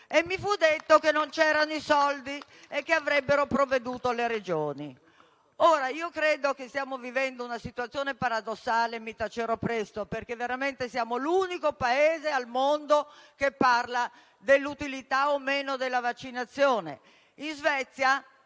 Mi fu detto che non c'erano i soldi e che avrebbero provveduto le Regioni. Credo che stiamo vivendo una situazione paradossale - e mi tacerò presto - perché veramente siamo l'unico Paese al mondo che parla dell'utilità della vaccinazione. In Svezia